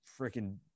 freaking